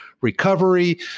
recovery